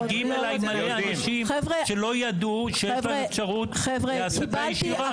מגיעים אליי מלא אנשים שלא ידעו שיש להם אפשרות להעסקה ישירה.